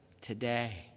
today